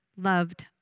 loved